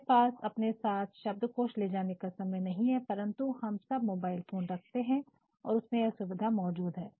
हमारे पास अपने साथ शब्दकोश ले जाने का समय नहीं है परंतु हम सब मोबाइल फोन रखते हैं और उसमें यह सुविधा मौजूद है